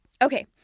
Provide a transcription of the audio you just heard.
Okay